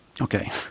Okay